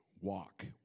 Walk